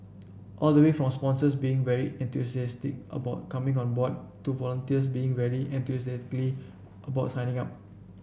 all the way from sponsors being very enthusiastic about coming on board to volunteers being very enthusiastically about signing up